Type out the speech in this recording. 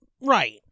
Right